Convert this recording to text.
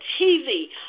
TV